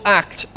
act